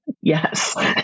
yes